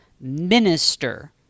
minister